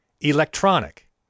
Electronic